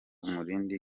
umurindi